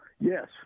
Yes